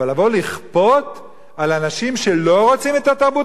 אבל לבוא לכפות על אנשים שלא רוצים את התרבות